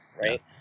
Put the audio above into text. right